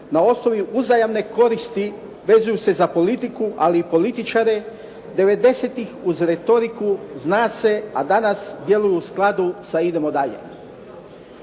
na osnovi uzajamne koristi vezuju se za politiku, ali i političare, 90-tih uz retoriku "zna se", a danas djeluju u skladu sa "idemo dalje".